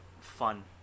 fun